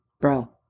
bro